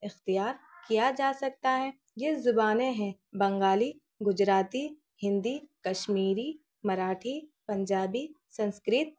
اختیار کیا جا سکتا ہے یہ زبانیں ہیں بنگالی گجراتی ہندی کشمیری مراٹھی پنجابی سنسکرت